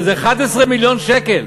וזה 11 מיליון שקל.